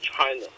China